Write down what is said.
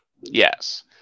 Yes